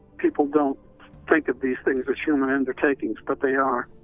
people don't think of these things as human undertakings, but they are.